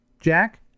Jack